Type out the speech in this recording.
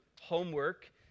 homework